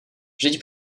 vždyť